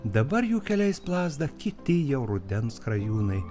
dabar jų keliais plazda kiti jau rudens skrajūnai